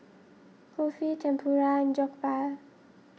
Kulfi Tempura and Jokbal